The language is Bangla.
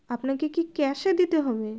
আপনাকে কি ক্যাশে দিতে হবে